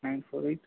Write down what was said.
nine four eight